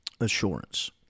assurance